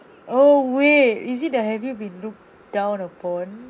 oh wait is it the have you been looked down upon